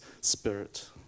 spirit